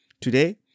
Today